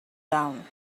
down